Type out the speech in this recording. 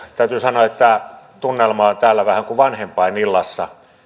täytyy sanoa että tunnelma on täällä vähän kuin vanhempainillassa